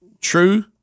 true